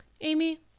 Amy